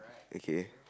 okay